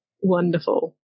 wonderful